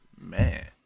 Man